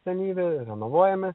senyvi renovuojami